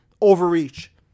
overreach